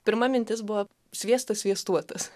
pirma mintis buvo sviestas sviestuotas